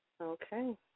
Okay